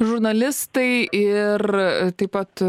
žurnalistai ir taip pat